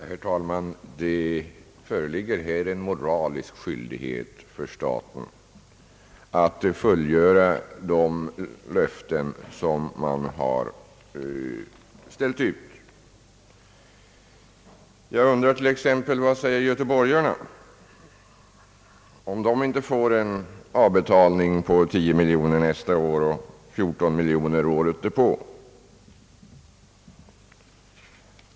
Herr talman! Det föreligger en moralisk skyldighet för staten att uppfylla de löften som man givit. Jag undrar t.ex. vad göteborgarna säger om de inte får en avbetalning på 10 miljoner nästa år och 14 miljoner året därpå.